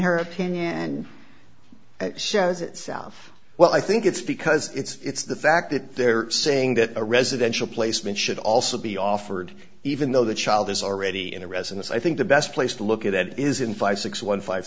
her opinion and shows itself well i think it's because it's the fact that they're saying that a residential placement should also be offered even though the child is already in a residence i think the best place to look at it is in five six one five